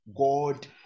God